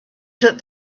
took